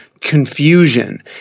confusion